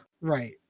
Right